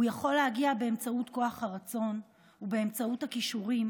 הוא יכול להגיע באמצעות כוח הרצון ובאמצעות הכישורים,